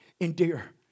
endear